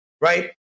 right